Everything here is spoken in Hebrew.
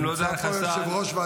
הן לא דרך הסל.